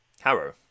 Harrow